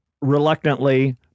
reluctantly